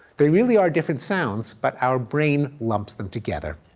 they really are different sounds, but our brain lumps them together.